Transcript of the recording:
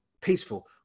peaceful